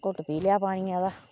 घुट पी लेआ पानी दा